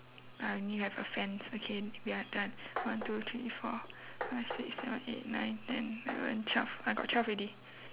I only have a fence okay we are done one two three four five six seven eight nine ten eleven twelve I got twelve already